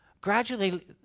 gradually